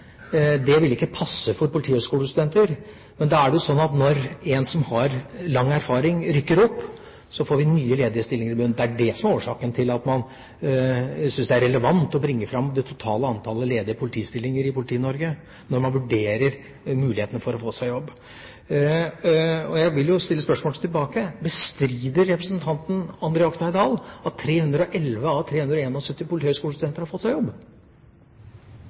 vil passe for politihøyskolestudenter. Men da er det sånn at når en som har lang erfaring rykker opp, får vi nye ledige stillinger i bunnen. Det er det som er årsaken til at man syns det er relevant å bringe fram det totale antallet ledige politistillinger i Politi-Norge når man vurderer muligheten for å få seg jobb. Jeg vil stille spørsmålet tilbake: Bestrider representanten André Oktay Dahl at 311 av 371 politihøyskolestudenter har fått seg jobb?